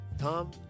Tom